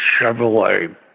Chevrolet